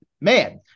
man